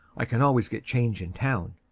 i can always get change in town.